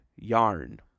yarn